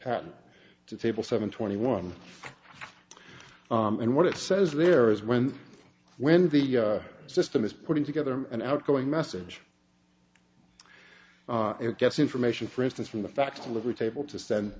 patent to table seven twenty one and what it says there is when when the system is putting together an outgoing message gets information for instance from the fact liver table to send